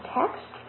text